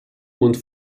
und